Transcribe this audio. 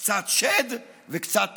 / קצת שֵׁד וקצת תינוק".